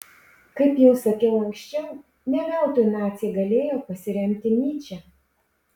kaip jau sakiau anksčiau ne veltui naciai galėjo pasiremti nyče